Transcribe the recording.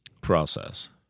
process